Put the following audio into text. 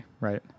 right